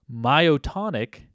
myotonic